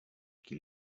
qui